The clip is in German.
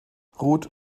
ruth